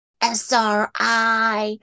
SRI